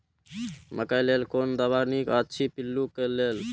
मकैय लेल कोन दवा निक अछि पिल्लू क लेल?